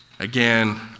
Again